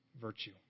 virtue